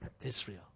Israel